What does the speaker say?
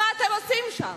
מה אתם עושים שם?